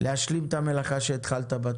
להשלים את המלאכה שהתחלת בה.